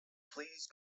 please